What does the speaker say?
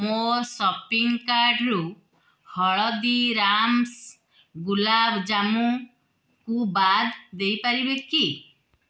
ମୋ ସପିଂ କାର୍ଟ୍ରୁ ହଳଦୀରାମ୍ସ୍ ଗୁଲାବଜାମୁକୁ ବାଦ ଦେଇପାରିବେ କି